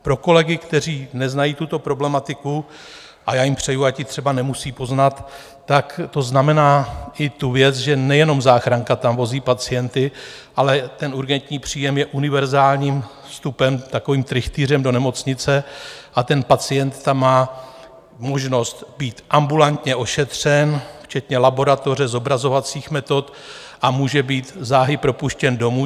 Pro kolegy, kteří neznají tuto problematiku a já jim přeji, ať ji třeba nemusí poznat to znamená i tu věc, že nejenom záchranka tam vozí pacienty, ale ten urgentní příjem je univerzálním vstupem, takovým trychtýřem, do nemocnice a pacient tam má možnost být ambulantně ošetřen, včetně laboratoře, zobrazovacích metod a může být záhy propuštěn domů.